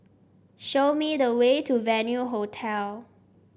show me the way to Venue Hotel